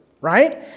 right